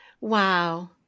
Wow